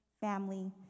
family